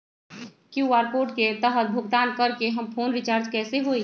QR code के तहद भुगतान करके हम फोन रिचार्ज कैसे होई?